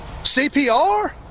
CPR